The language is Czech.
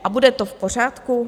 A bude to v pořádku?